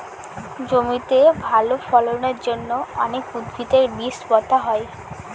জমিতে ভালো ফলনের জন্য অনেক উদ্ভিদের বীজ পোতা হয়